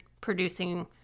producing